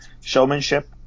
showmanship